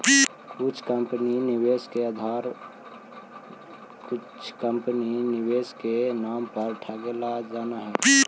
कुछ कंपनी निवेश के नाम पर ठगेला जानऽ हइ